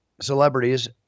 celebrities